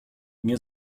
nie